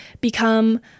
become